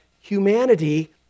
humanity